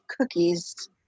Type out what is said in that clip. cookies